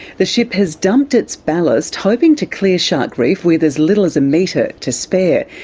the ship has dumped its ballast, hoping to clear shark reef with as little as a metre to spare.